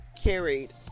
carried